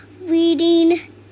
reading